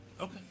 Okay